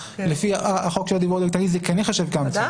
לפי החוק של הדיוור הדיגיטלי זה כן ייחשב כהמצאה.